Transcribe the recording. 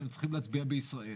אבל הם צריכים להצביע בישראל?